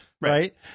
right